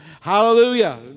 Hallelujah